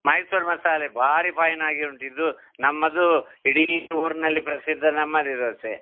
ಮೈಸೂರು ಮಸಾಲೆ ಭಾರಿ ಫೈನಾಗಿ ಉಂಟು ಇದು ನಮ್ಮದು ಇಡೀ ಊರಿನಲ್ಲಿ ಪ್ರಸಿದ್ಧ ನಮ್ಮದೇ ದೋಸೆ